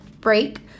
break